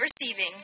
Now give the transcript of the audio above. receiving